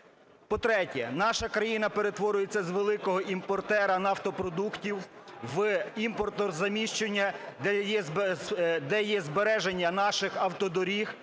По-третє, наша країна перетворюється з великого імпортера нафтопродуктів в імпортозаміщення, де є збереження наших автодоріг,